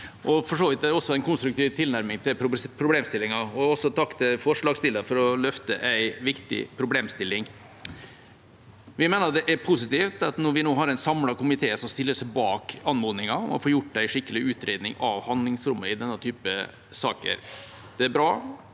og fullt. Det er også en konstruktiv tilnærming til problemstillingen. Jeg vil også takke forslagsstillerne for å løfte en viktig problemstilling. Vi mener det er positivt når vi nå har en samlet komité som stiller seg bak anmodningen om å få en skikkelig utredning av handlingsrommet i denne typen saker. Det er bra